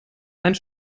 einen